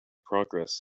progress